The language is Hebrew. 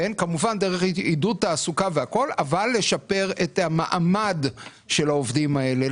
כמובן דרך עידוד תעסוקה והכול אבל לשפר את המעמד של העובדים האלה.